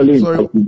Sorry